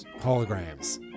Holograms